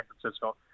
Francisco